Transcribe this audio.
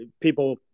people